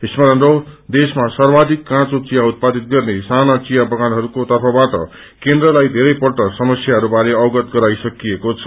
स्मरण रहोस देशमा सर्वाधिक काँचो विया उत्पादित गर्ने साना चियाबगानहरूको तर्फबाट केन्द्रलाई धेरै पल्ट समस्यहरूबारे अवगत गराइसकिएको छ